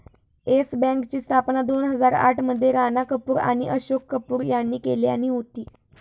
yes बँकेची स्थापना दोन हजार आठ मध्ये राणा कपूर आणि अशोक कपूर यांनी केल्यानी होती